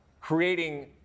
creating